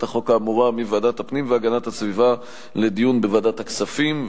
החוק האמורה מוועדת הפנים והגנת הסביבה לדיון בוועדת הכספים,